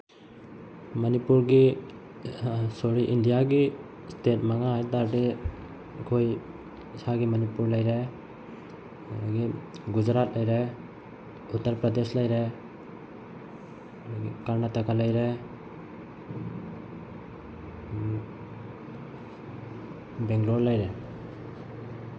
ꯃꯅꯤꯄꯨꯔꯒꯤ ꯁꯣꯔꯤ ꯏꯟꯗꯤꯌꯥꯒꯤ ꯏꯁꯇꯦꯠ ꯃꯉꯥ ꯍꯥꯏ ꯇꯥꯔꯗꯤ ꯑꯩꯈꯣꯏ ꯏꯁꯥꯒꯤ ꯃꯅꯤꯄꯨꯔ ꯂꯩꯔꯦ ꯑꯗꯒꯤ ꯒꯨꯖꯔꯥꯠ ꯂꯩꯔꯦ ꯎꯇꯔ ꯄ꯭ꯔꯗꯦꯁ ꯂꯩꯔꯦ ꯑꯗꯒꯤ ꯀꯔꯅꯥꯇꯀꯥ ꯂꯩꯔꯦ ꯕꯦꯡꯒ꯭꯭ꯂꯣꯔ ꯂꯩꯔꯦ